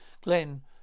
Glenn